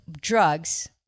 drugs